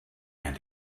and